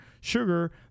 sugar